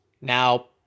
Now